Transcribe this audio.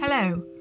Hello